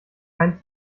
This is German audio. kein